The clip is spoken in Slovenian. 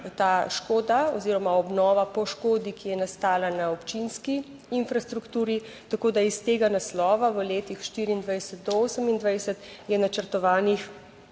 ta škoda oziroma obnova po škodi, ki je nastala na občinski infrastrukturi. Tako iz tega naslova v letih 2024 do 2028 je načrtovanih